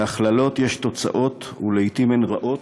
להכללות יש תוצאות, ולעתים הן רעות.